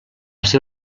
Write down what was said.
ser